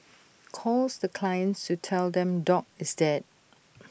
calls the clients to tell them dog is dead